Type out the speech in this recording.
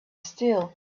still